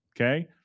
Okay